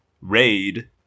raid